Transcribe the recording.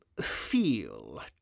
feel